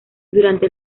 durante